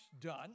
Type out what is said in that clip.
done